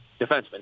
defenseman